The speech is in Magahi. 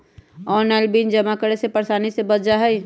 ऑनलाइन बिल जमा करे से परेशानी से बच जाहई?